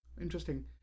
Interesting